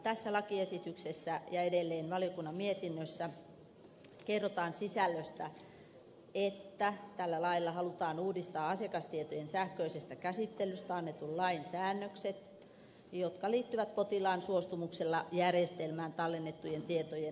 tässä lakiesityksessä ja edelleen valiokunnan mietinnössä kerrotaan sisällöstä että tällä lailla halutaan uudistaa asiakastietojen sähköisestä käsittelystä annetun lain säännökset jotka liittyvät potilaan suostumuksella järjestelmään tallennettujen tietojen käyttöön